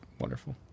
wonderful